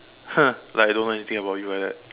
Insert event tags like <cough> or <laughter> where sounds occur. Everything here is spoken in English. <laughs> like I don't know anything about you like that